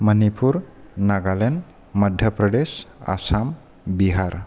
Manipur Nagaland मधप्रदेस Assam Bihar